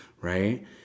right